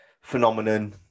phenomenon